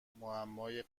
معمای